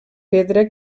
pedra